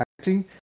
acting